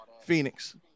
Phoenix